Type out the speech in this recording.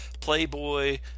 Playboy